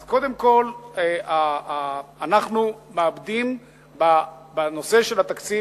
אז קודם כול אנחנו מאבדים בנושא של התקציב